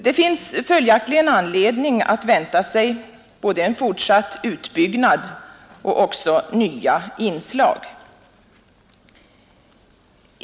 Det finns följaktligen anledning att vänta sig en fortsatt utbyggnad och nya inslag.